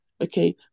okay